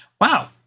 Wow